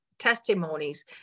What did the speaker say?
Testimonies